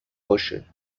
باشه